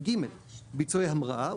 ביצועי המראה,